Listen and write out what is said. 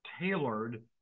tailored